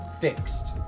fixed